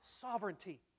sovereignty